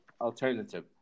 alternative